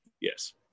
Yes